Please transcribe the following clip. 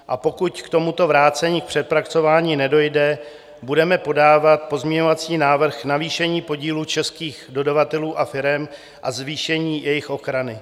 A pokud k tomuto vrácení k přepracování nedojde, budeme podávat pozměňovací návrh navýšení podílu českých dodavatelů a firem a zvýšení jejich ochrany.